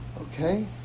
Okay